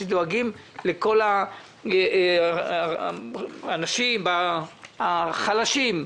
שדואגים כל האנשים החלשים יחסית,